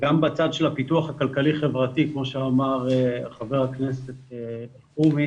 וגם בצד של הפיתוח הכלכלי-חברתי כמו שאמר חבר הכנסת אלחרומי,